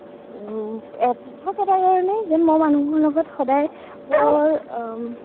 এ পৃথক এটা ধৰণেই যে মই মানুহৰ লগত সদায় বৰ